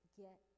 get